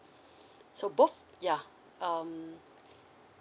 so both ya um